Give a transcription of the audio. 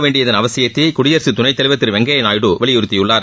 வேண்டியதன் அவசியத்தை குடியரசுத் துணைத் தலைவர் திரு வெங்கய்யா நாயுடு வலியுறுத்தியுள்ளார்